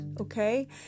okay